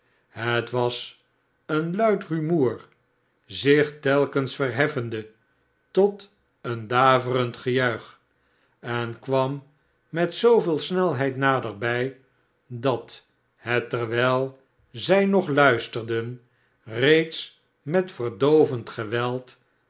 het was een luid rumoer zich telkens verheffende tot een davesrend gejuich en kwam met zooveel snelheid naderbij dat het terwijl zij nog luisterden reeds met verdoovend geweld